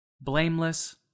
blameless